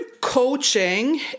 coaching